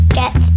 get